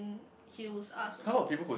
heals us also